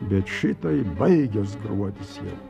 bet šitai baigias gruodis jau